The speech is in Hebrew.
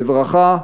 בברכה,